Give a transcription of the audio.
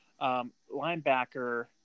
Linebacker